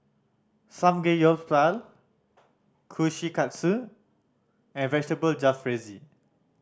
Samgeyopsal Kushikatsu and Vegetable Jalfrezi